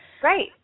Great